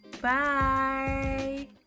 Bye